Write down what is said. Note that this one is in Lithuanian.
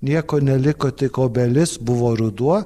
nieko neliko tik obelis buvo ruduo